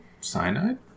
Cyanide